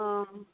অঁ